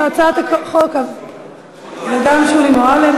גם שולי מועלם.